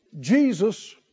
Jesus